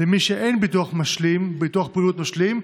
למי שאין ביטוח בריאות משלים,